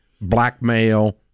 blackmail